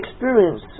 experience